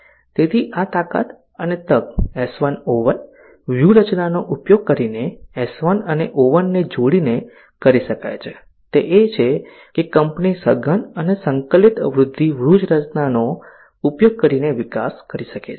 તેથી આ તાકાત અને તક S1 O1 વ્યૂહરચના નો ઉપયોગ કરીને S1 અને O1 ને જોડીને કરી શકાય છે તે એ છે કે કંપની સઘન અને સંકલિત વૃદ્ધિ વ્યૂહરચનાનો ઉપયોગ કરીને વિકાસ કરી શકે છે